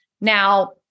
Now